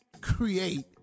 create